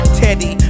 teddy